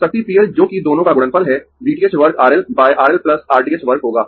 शक्ति P L जोकि दोनों का गुणनफल है V t h वर्ग R L R L R t h वर्ग होगा